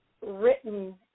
written